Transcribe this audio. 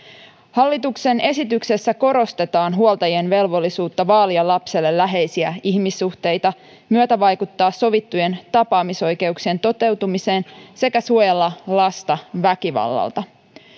hallituksen esityksessä korostetaan huoltajien velvollisuutta vaalia lapselle läheisiä ihmissuhteita myötävaikuttaa sovittujen tapaamisoikeuksien toteutumiseen sekä suojella lasta väkivallalta